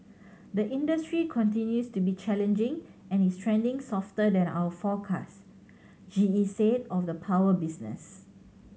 the industry continues to be challenging and is trending softer than our forecast G E said of the power business